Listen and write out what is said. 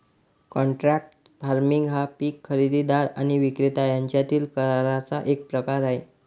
contract farming हा पीक खरेदीदार आणि विक्रेता यांच्यातील कराराचा एक प्रकार आहे